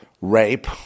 rape